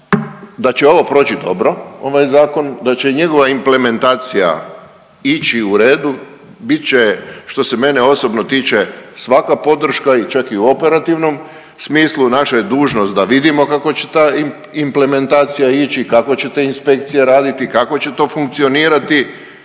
da će ovo proći dobro, ovaj zakon, da će njegova implementacija ići u redu, bit će što se mene osobno tiče svaka podrška, čak i u operativnom smislu, naša je dužnost da vidimo kako će ta implementacija ići i kako će te inspekcije raditi i kako će to funkcionirati.